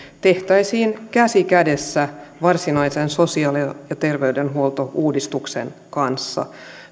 tehtäisiin käsi kädessä varsinaisen sosiaali ja terveydenhuoltouudistuksen kanssa